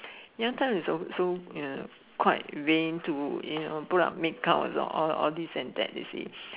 young time is also uh quite vain to you know put on make up a lot and all this and that you see